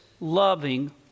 loving